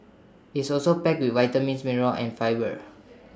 it's also packed with vitamins minerals and fibre